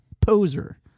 poser